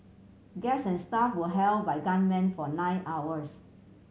guests and staff were held by gunmen for nine hours